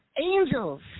angels